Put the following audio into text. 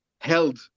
held